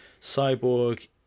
Cyborg